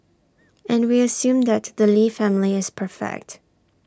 and we assume that the lee family is perfect